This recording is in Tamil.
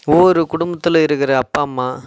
ஒவ்வொரு குடும்பத்தில் இருக்கிற அப்பா அம்மா